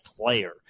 player